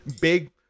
big